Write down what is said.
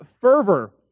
fervor